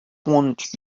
want